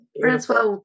Francois